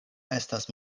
estas